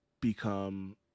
become